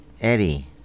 Eddie